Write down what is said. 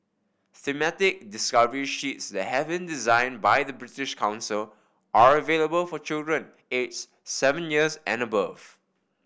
thematic discovery sheets that having design by the British Council are available for children ages seven years and above